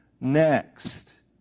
next